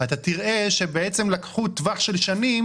אתה תראה שבעצם לקחו טווח של שנים